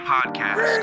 Podcast